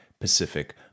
Pacific